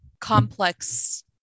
complex